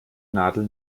nadel